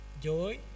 joy